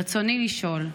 רצוני לשאול: